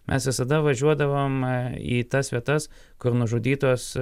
mes visada važiuodavom į tas vietas kur nužudytos